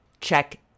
check